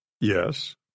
Yes